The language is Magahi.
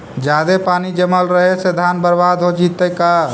जादे पानी जमल रहे से धान बर्बाद हो जितै का?